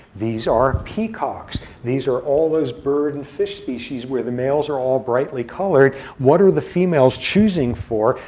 these are peacocks, these are all those birds and fish species where the males are all brightly colored. what are the females choosing for?